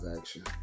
action